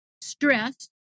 stress